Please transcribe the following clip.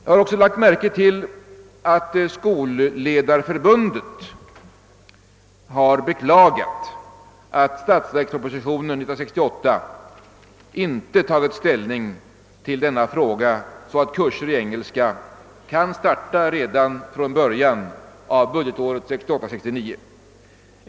: Jag har även lagt märke till att Skolledarförbundet har beklagat, att statsverkspropositionen 1968 inte har tagit ställning till denna fråga så att kurser i engelska kan starta redan från början av budgetåret 1968/69.